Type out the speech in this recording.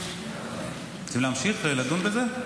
רוצים להמשיך לדון בזה?